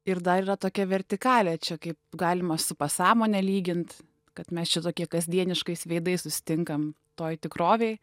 ir dar yra tokia vertikalė čia kaip galima su pasąmone lygint kad mes čia tokie kasdieniškais veidais susitinkam toj tikrovėj